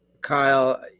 Kyle